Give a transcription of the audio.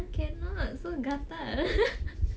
no cannot so gatal